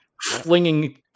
flinging